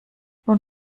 nun